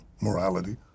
morality